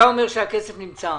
אתה אומר שהכסף נמצא,